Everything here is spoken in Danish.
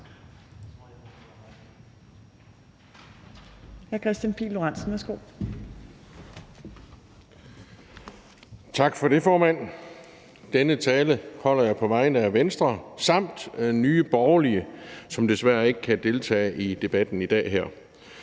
Tak for det, formand. Denne tale holder jeg på vegne af Venstre samt Nye Borgerlige, som desværre ikke kan deltage i debatten her